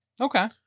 okay